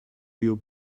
your